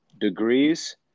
degrees